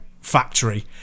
factory